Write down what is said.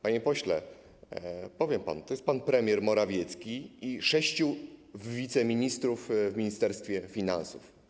Panie pośle, powiem panu: to jest pan premier Morawiecki i sześciu wiceministrów w Ministerstwie Finansów.